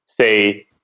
say